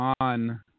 on